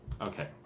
okay